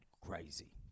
crazy